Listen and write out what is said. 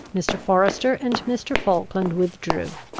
mr. forester and mr. falkland withdrew,